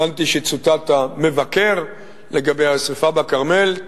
הבנתי שצוטט המבקר לגבי השרפה בכרמל.